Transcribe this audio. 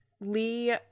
Lee